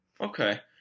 Okay